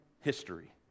history